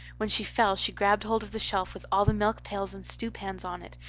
when she fell she grabbed hold of the shelf with all the milk pails and stewpans on it,